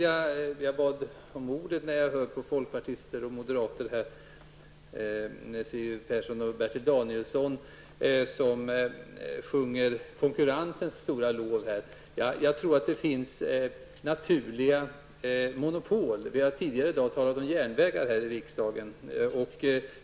Jag bad om ordet när jag hörde folkpartisten Siw Persson och moderaten Bertil Danielsson sjunga konkurrensens stora lov. Jag tror att det finns naturliga monopol. Vi har tidigare i dag här i riksdagen talat om järnvägar.